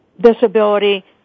disability